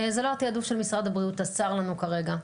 זה לא התעדוף של משרד הבריאות אז צר לנו כרגע.